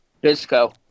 Bisco